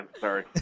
Sorry